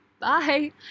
Bye